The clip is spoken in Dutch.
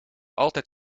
altijd